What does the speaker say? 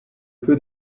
peut